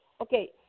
Okay